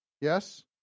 Yes